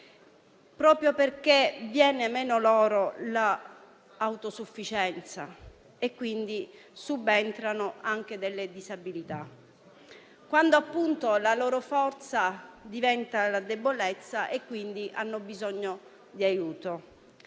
proprio perché viene loro meno l'autosufficienza e quindi subentrano anche delle disabilità. E ciò accade quando la loro forza diventa debolezza e quindi hanno bisogno di aiuto;